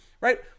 right